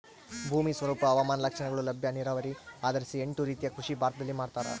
ಭೂಮಿ ಸ್ವರೂಪ ಹವಾಮಾನ ಲಕ್ಷಣಗಳು ಲಭ್ಯ ನೀರಾವರಿ ಆಧರಿಸಿ ಎಂಟು ರೀತಿಯ ಕೃಷಿ ಭಾರತದಲ್ಲಿ ಮಾಡ್ತಾರ